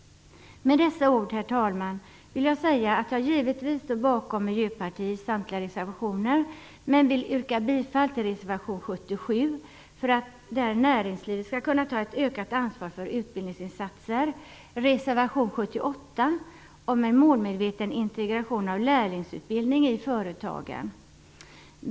Med dessa ord, herr talman, vill jag säga att jag givetvis står bakom Miljöpartiets samtliga reservationer men vill yrka bifall till reservation 77 som gäller att näringslivet skall kunna ta ett ökat ansvar för utbildningsinsatser och till reservation 78 om en målmedveten integration av lärlingsutbildning i företagen.